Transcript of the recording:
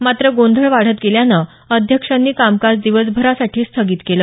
मात्र गोंधळ वाढत गेल्यानं अध्यक्षांनी कामकाज दिवसभरासाठी स्थगित केलं